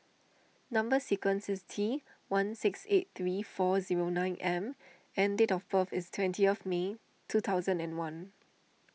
Number Sequence is T one six eight three four zero nine M and date of birth is twenty of May two thousand and one